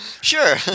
Sure